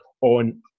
on